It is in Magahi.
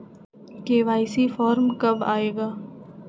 के.वाई.सी फॉर्म कब आए गा?